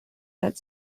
that